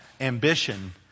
ambition